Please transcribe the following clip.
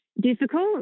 difficult